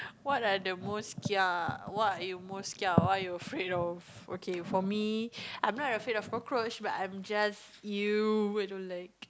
what are the most kia what you most kia what you afraid of okay for me I'm not afraid of cockroach but I'm just you wait don't like